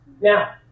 Now